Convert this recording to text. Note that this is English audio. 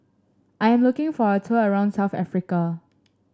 I'm looking for a tour around South Africa